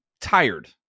tired